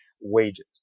wages